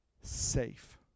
safe